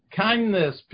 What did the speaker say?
kindness